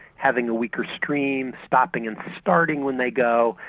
having a weaker stream, stopping and starting when they go.